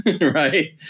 right